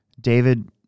David